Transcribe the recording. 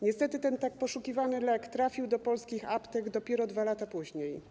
Niestety ten tak poszukiwany lek trafił do polskich aptek dopiero 2 lata później.